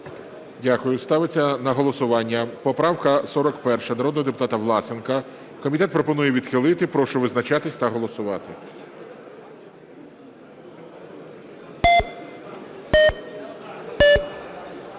Дякую. Ставиться на голосування 42 поправка народного депутата Власенка. Комітет пропонує відхилити. Прошу визначатись та голосувати.